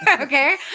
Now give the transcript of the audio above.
okay